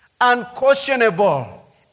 unquestionable